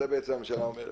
את זה בעצם הממשלה אומרת.